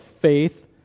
faith